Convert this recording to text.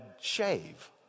shave